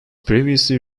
previously